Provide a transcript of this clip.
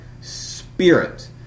spirit